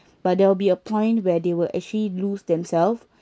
but there will be a point where they will actually lose themself